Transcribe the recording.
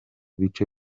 bice